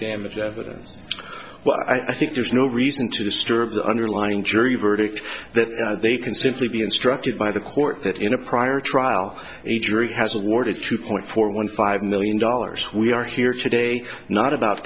damages evidence what i think there's no reason to disturb the underlying jury verdict that they can simply be instructed by the court that in a prior trial a jury has awarded two point four one five million dollars we are here today not about